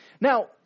Now